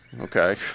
Okay